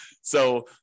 So-